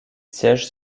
siège